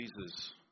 Jesus